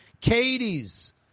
Katie's